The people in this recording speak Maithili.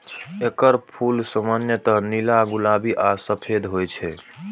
एकर फूल सामान्यतः नीला, गुलाबी आ सफेद होइ छै